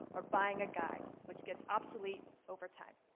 or buying a guide which gets obsolete over time.